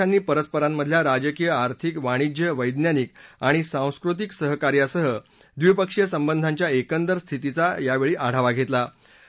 दोन्ही देशांनी परस्परांमधल्या राजकीय आर्थिक वाणीज्य वैज्ञानिक आणि सांस्कृतिक सहकार्यासह द्विपक्षीय संबंधांच्या एकंदर स्थितीचा यावेळी आढावा घेतला